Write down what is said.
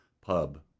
pub